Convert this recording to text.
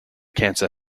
cancer